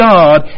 God